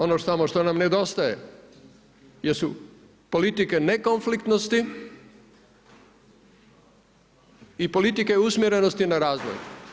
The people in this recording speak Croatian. Ono samo što nam nedostaje jesu politike nekonfliktnosti i politike usmjerenosti na razvoj.